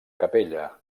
capella